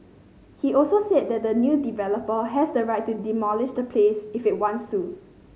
he also said that the new developer has the right to demolish the place if it wants to